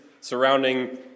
surrounding